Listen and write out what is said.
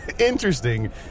Interesting